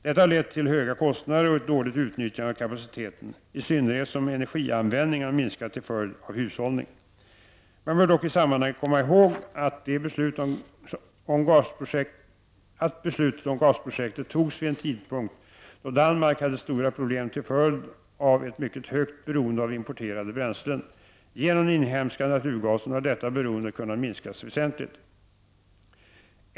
Detta har lett till höga kostnader och ett dåligt utnyttjande av kapaciteten, i synnerhet som energianvändningen har minskat till följd av hushållning. Man bör dock i sammanhanget komma ihåg att beslut om gasprojektet fattades vid en tidpunkt då Danmark hade stora problem till följd av ett mycket högt beroende av importerade bränslen. Genom den inhemska naturgasen har detta beroende kunnat minskas väsentligt.